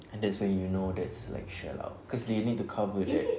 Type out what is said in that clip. and that's where you know that's like shell out cause they need to cover that